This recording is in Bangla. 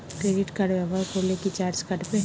ক্রেডিট কার্ড ব্যাবহার করলে কি চার্জ কাটবে?